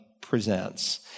presents